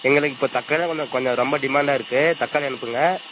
எங்களுக்கு இப்போ தக்காளி கொஞ்சம் கொஞ்சம் ரொம்ப டிமாண்டாக இருக்கு தக்காளி அனுப்புங்கள்